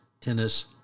tennis